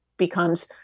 becomes